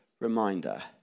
reminder